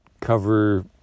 cover